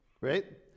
right